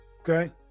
Okay